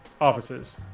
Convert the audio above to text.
offices